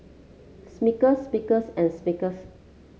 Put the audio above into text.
Smuckers Smuckers and Smuckers